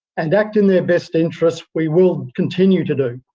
and act in their best interests we will continue to do.